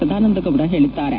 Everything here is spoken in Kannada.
ಸದಾನಂದ ಗೌಡ ಹೇಳಿದ್ದಾರೆ